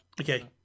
Okay